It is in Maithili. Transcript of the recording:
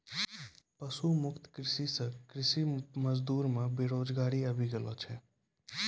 पशु मुक्त कृषि से कृषि मजदूर मे बेरोजगारी आबि गेलो छै